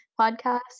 Podcast